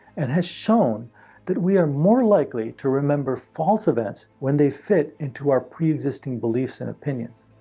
and has shown that we are more likely to remember false events when they fit into our pre-existing beliefs and opinions.